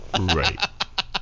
right